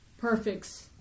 perfects